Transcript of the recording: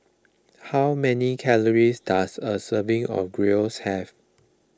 how many calories does a serving of Gyros have